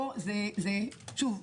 פה- שוב,